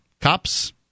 cops